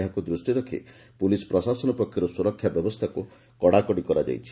ଏହାକୁ ଦୂଷ୍ଟିରେ ରଖ୍ ପୁଲିସ୍ ପ୍ରଶାସନ ପକ୍ଷରୁ ସୁରକ୍ଷା ବ୍ୟବସ୍ରାକୁ କଡ଼ାକଡ଼ି କରାଯାଇଛି